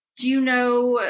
do you know,